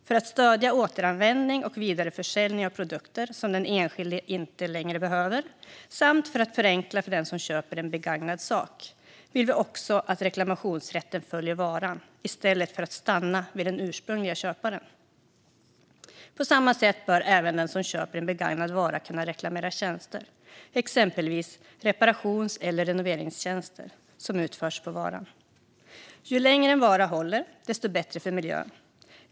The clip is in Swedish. För att stödja återanvändning och vidareförsäljning av produkter som den enskilde inte längre behöver samt för att förenkla för den som köper en begagnad sak vill vi också att reklamationsrätten följer varan i stället för att stanna vid den ursprungliga köparen. På samma sätt bör även den som köper en begagnad vara kunna reklamera tjänster, exempelvis reparations eller renoveringstjänster som utförts på varan. Ju längre en vara håller, desto bättre för miljön.